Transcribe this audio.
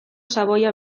xaboia